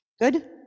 Good